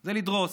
זה לדרוס,